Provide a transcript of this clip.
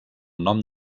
nom